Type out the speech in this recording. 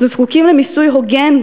אנחנו זקוקים למיסוי הוגן,